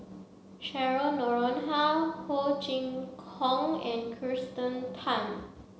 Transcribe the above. Cheryl Noronha Ho Chee Kong and Kirsten Tan